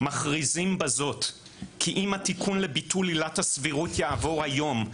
מכריזים בזאת כי אם התיקון לביטול עילת הסבירות יעבור היום,